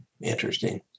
interesting